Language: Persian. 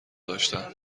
داشتم